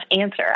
answer